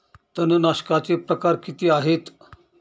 तणनाशकाचे प्रकार किती आहेत?